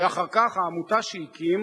ואחר כך העמותה שהקים,